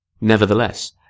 Nevertheless